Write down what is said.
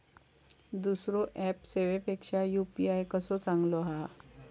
दुसरो ऍप सेवेपेक्षा यू.पी.आय कसो चांगलो हा?